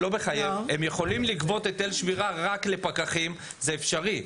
הם יכולים לגבות היטל שמירה רק לפקחים, זה אפשרי.